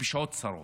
בשעת צרה,